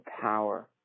power